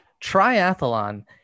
triathlon